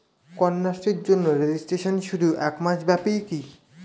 কন্যাশ্রীর জন্য রেজিস্ট্রেশন শুধু এক মাস ব্যাপীই কি?